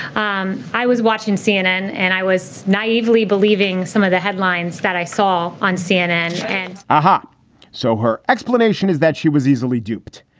um i was watching cnn and i was naively believing some of the headlines that i saw on cnn and are hot so her explanation is that she was easily duped.